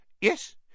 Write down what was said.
Yes